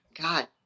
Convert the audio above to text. God